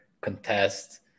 contest